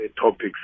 topics